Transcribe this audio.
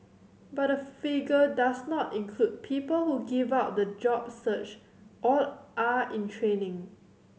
but the figure does not include people who give up the job search or are in training